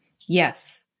Yes